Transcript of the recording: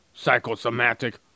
Psychosomatic